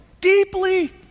deeply